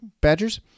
Badgers